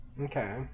Okay